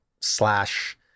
slash